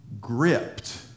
gripped